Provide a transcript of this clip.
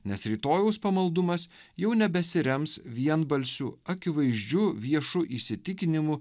nes rytojaus pamaldumas jau nebesirems vienbalsiu akivaizdžiu viešu įsitikinimu